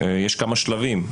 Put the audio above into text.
יש כמה שלבים,